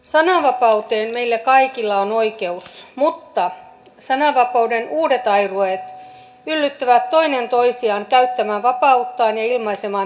sananvapauteen meillä kaikilla on oikeus mutta sananvapauden uudet airuet yllyttävät toinen toisiaan käyttämään vapauttaan ja ilmaisemaan mielipiteitään